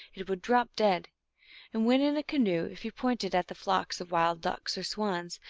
it would drop dead and when in a canoe, if he pointed at the flocks of wild ducks or swans,